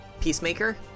Peacemaker